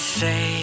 say